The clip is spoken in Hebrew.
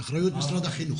זה באחריות משרד החינוך.